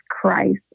Christ